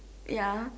ya